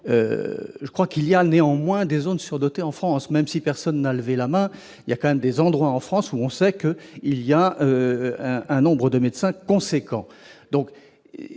je crois qu'il y a néanmoins des zones surdotées en France même si personne n'a levé la main il y a quand même des endroits en France où on sait que, il y a un nombre de médecins conséquents,